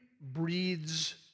breeds